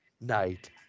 night